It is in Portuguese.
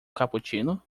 cappuccino